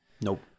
Nope